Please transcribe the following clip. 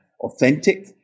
authentic